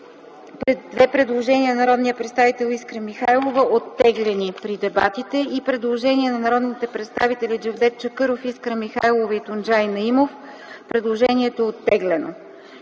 Две предложения от народния представител Искра Михайлова – оттеглени при дебатите. Предложение от народните представители Джевдет Чакъров, Искра Михайлова и Тунджай Наимов. Предложението е оттеглено.